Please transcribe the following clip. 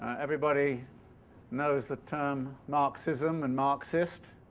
everybody knows the term marxism and marxist,